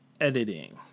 editing